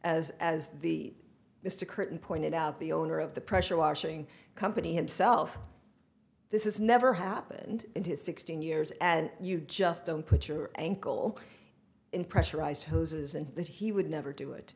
as as the mr kryten pointed out the owner of the pressure washing company himself this is never happened in his sixteen years as you just don't put your ankle in pressurized hoses and that he would never do it